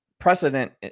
Precedent